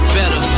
better